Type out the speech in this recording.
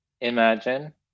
imagine